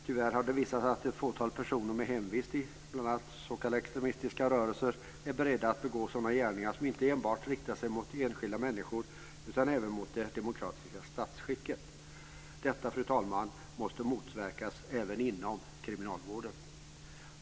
Tyvärr har det visat sig att ett fåtal personer med hemvist i bl.a. s.k. extremistiska rörelser är beredda att begå sådana gärningar som inte enbart riktar sig mot enskilda människor utan även mot det demokratiska statsskicket. Detta, fru talman, måste motverkas även inom kriminalvården.